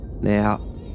Now